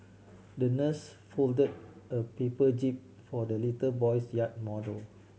the nurse folded a paper jib for the little boy's yacht model